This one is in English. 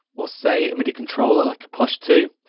or, say, a midi controller, like a push two,